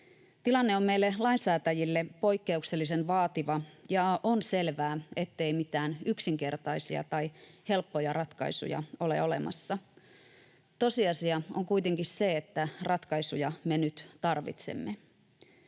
Tilanne on meille lainsäätäjille poikkeuksellisen vaativa, ja on selvää, ettei mitään yksinkertaisia tai helppoja ratkaisuja ole olemassa. Tosiasia on kuitenkin se, että ratkaisuja me nyt tarvitsemme.